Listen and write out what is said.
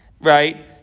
right